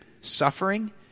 suffering